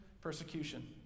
persecution